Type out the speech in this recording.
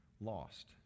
lost